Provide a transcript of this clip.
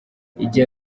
igihe